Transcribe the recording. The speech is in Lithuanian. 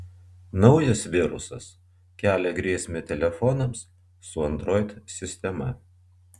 naujas virusas kelia grėsmę telefonams su android sistema